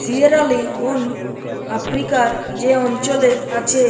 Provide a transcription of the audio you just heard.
Sierra Leone আফ্রিকার যে অঞ্চলে আছে